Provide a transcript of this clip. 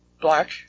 Black